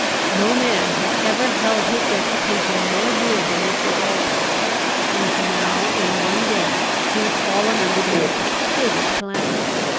no man had ever held his reputation more dear than mr. falkland and now, in one day, he was fallen under the most exquisite calamities,